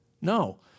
No